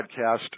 Podcast